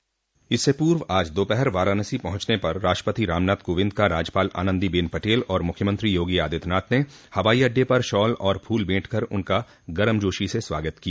इससे पूर्व आज दोपहर वाराणसी पहुंचने पर राष्ट्रपति रामनाथ कोविंद का राज्यपाल आनंदीबेन पटेल और मुख्यमंत्री योगी आदित्यनाथ ने हवाई अड़डे पर शाल और फूल भेंट कर उनका गर्मजोशी से स्वागत किया